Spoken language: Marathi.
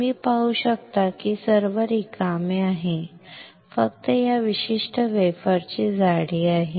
तुम्ही पाहू शकता की हे सर्व रिकामे आहे फक्त या विशिष्ट वेफरची जाडी आहे